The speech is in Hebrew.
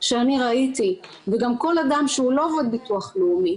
לא נעימים ואז כשמרימים את הטלפון לביטוח לאומי